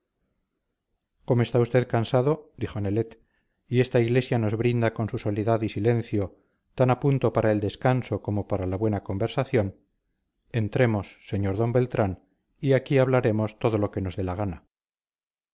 como está usted cansado dijo nelet y esta iglesia nos brinda con su soledad y silencio tan a punto para el descanso como para la buena conversación entremos señor d beltrán y aquí hablaremos todo lo que nos dé la gana